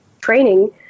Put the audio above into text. training